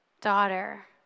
daughter